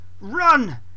Run